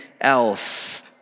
else